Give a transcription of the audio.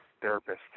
therapist